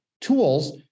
tools